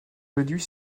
déduit